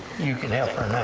you can help her